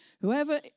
whoever